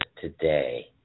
today